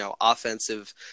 offensive